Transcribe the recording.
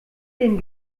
dem